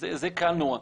זה קל נורא.